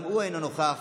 גם הוא אינו נוכח.